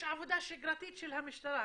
יש עבודה שגרתית של המשטרה,